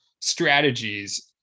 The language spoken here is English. strategies